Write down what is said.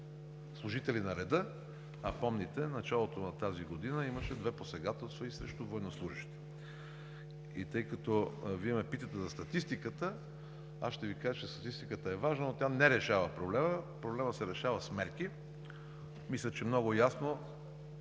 служители на реда, а помните в началото на тази година имаше две посегателства и срещу военнослужещи. И тъй като Вие ме питате за статистиката, ще Ви кажа, че статистиката е важна, но тя не решава проблема. Проблемът се решава с мерки. Мисля, че много ясно